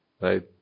Right